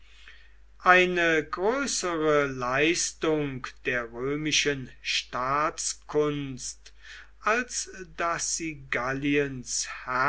eine größere leistung der römischen staatskunst als daß sie